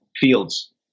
fields